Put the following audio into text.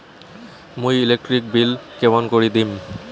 মুই electric bill কেমন করি দিম?